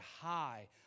high